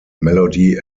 melody